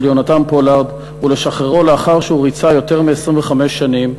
יהונתן פולארד ולשחררו לאחר שהוא ריצה יותר מ-25 שנים,